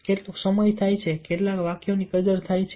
કેટલો સમય થાય છે કેટલા વાક્યોની કદર થાય છે